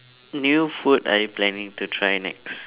new food are you planning to try next